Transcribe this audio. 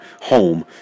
home